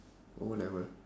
O level